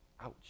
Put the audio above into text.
Ouch